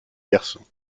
garçons